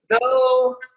No